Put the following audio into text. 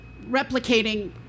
replicating